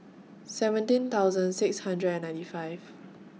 seventeen thoussand six hundred and ninety five